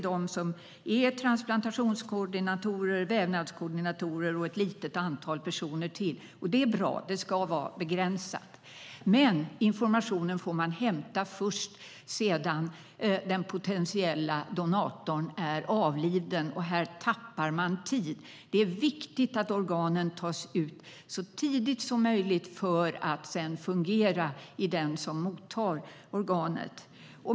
Det är transplantationskoordinatorer och vävnadskoordinatorer och ett litet antal personer till. Det är bra. Det ska vara begränsat. Men informationen får man hämta först när den potentiella donatorn är avliden, och här tappar man tid. Det är viktigt att organen tas ut så tidigt som möjligt för att de ska kunna fungera i den som mottar organen.